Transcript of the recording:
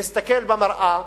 לוועדת הכנסת להסתכל במראה.